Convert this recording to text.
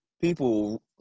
people